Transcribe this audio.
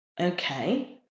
okay